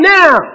now